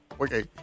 Okay